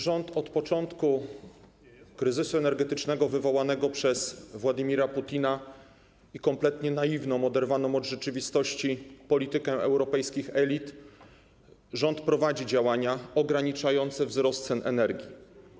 Rząd od początku kryzysu energetycznego wywołanego przez Władimira Putina, pomimo kompletnie naiwnej, oderwanej od rzeczywistości polityki europejskich elit, prowadzi działania ograniczające wzrost cen energii.